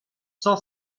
sans